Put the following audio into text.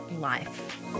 life